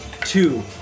two